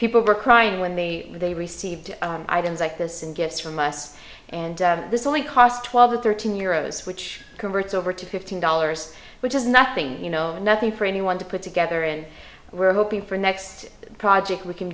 people were crying when they they received items like this and gifts from us and this only cost twelve or thirteen euro switch converts over to fifteen dollars which is nothing you know nothing for anyone to put together and we're hoping for next project we can